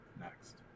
next